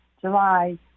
July